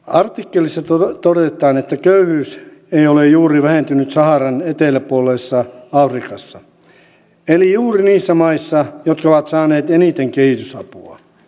artikkelissa todetaan että köyhyys ei ole juuri vähentynyt saharan eteläpuolisessa afrikassa eli juuri niissä maissa jotka ovat saaneet eniten kehitysapua